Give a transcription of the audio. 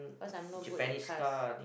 cause I'm no good at cars